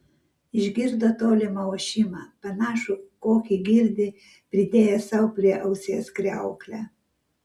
išgirdo tolimą ošimą panašų kokį girdi pridėjęs sau prie ausies kriauklę